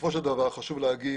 בסופו של דבר חשוב לומר,